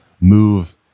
move